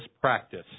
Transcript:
practice